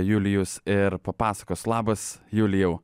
julijus ir papasakos labas julijau